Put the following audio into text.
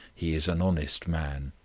he is an honest man.